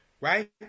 right